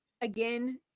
Again